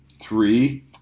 Three